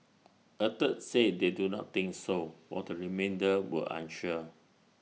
A third said they do not think so what the remainder were unsure